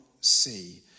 see